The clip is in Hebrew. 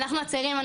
אנחנו הצעירים,